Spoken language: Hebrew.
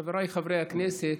חבריי חברי הכנסת,